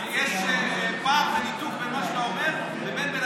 יש פער וניתוק בין מה שאתה אומר לבין בן